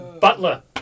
Butler